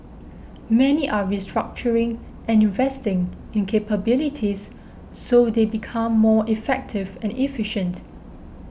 many are restructuring and investing in capabilities so they become more effective and efficient